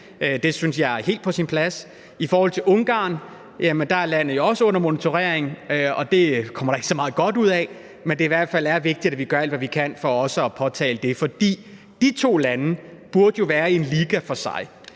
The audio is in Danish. Det synes jeg er helt på sin plads. I forhold til Ungarn er landet jo også under monitorering, og det kommer der ikke så meget godt ud af, men det er i hvert fald vigtigt, at vi gør alt, hvad vi kan, for også at påtale det. For de to lande burde jo være i en liga for sig.